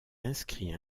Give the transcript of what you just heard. inscrit